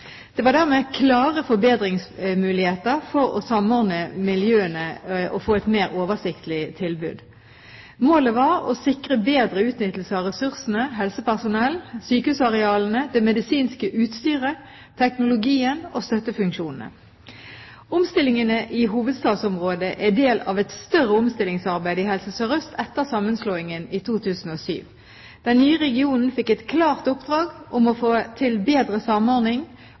Det var dermed klare forbedringsmuligheter for å samordne miljøene og få et mer oversiktlig tilbud. Målet var å sikre bedre utnyttelse av ressursene, helsepersonellet, sykehusarealene, det medisinske utstyret, teknologien og støttefunksjonene. Omstillingene i hovedstadsområdet er del av et større omstillingsarbeid i Helse Sør-Øst, etter sammenslåingen i 2007. Den nye regionen fikk et klart oppdrag om å få til bedre samordning